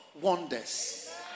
wonders